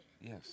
Yes